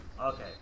Okay